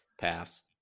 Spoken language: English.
Pass